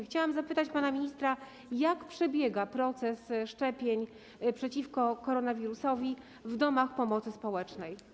Chciałam zapytać pana ministra, jak przebiega proces szczepień przeciwko koronawirusowi w domach pomocy społecznej.